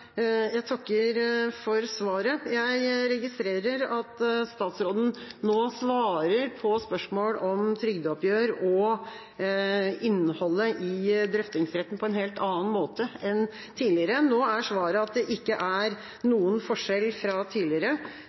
Jeg takker for svaret. Jeg registrerer at statsråden nå svarer på spørsmål om trygdeoppgjør og innholdet i drøftingsretten på en helt annen måte enn tidligere. Nå er svaret at det ikke er noen forskjell fra tidligere,